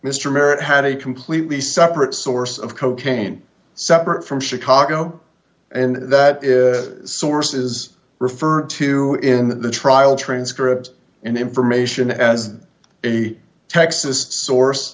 merrett had a completely separate source of cocaine separate from chicago and that is the sources referred to in the trial transcript and information as a texas source